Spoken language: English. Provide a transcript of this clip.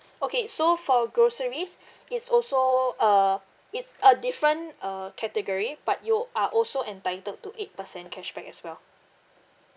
okay so for groceries it's also uh it's a different uh category but you are also entitled to eight percent cashback as well